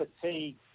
fatigue